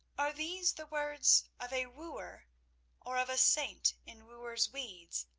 are these the words of a wooer or of a saint in wooer's weeds?